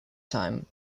time